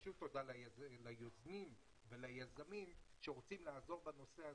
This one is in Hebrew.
ושוב תודה ליוזמים וליזמים שרוצים לעזור בנושא הזה,